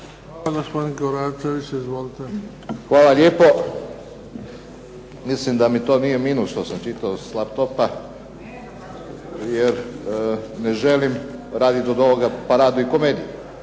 Izvolite. **Koračević, Zlatko (HNS)** Hvala lijepo. Mislim da mi to nije minus što sam čitao s laptopa jer ne želim raditi od ovoga paradu i komediju,